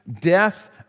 death